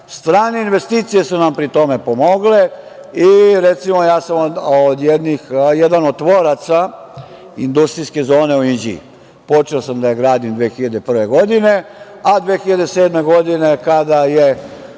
prati. Strane investicije su nam pritom pomogle i recimo ja sam jedan od tvoraca industrijske zone u Inđiji. Počeo sam da je gradim 2001. godine, a 2007. godine kada je